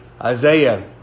Isaiah